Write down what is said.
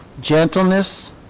gentleness